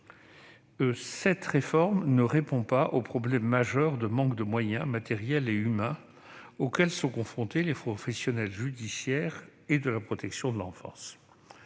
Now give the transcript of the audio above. cette réforme ne permet pas de faire face au problème majeur du manque de moyens matériels et humains auquel sont confrontés les professionnels judiciaires et de la protection de l'enfance.